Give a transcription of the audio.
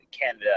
Canada